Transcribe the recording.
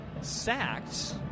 sacked